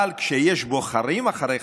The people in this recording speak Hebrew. אבל כשיש בוחרים אחריך,